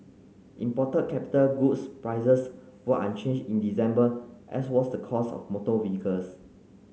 imported capital goods prices were unchanged in December as was the cost of motor vehicles